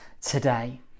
today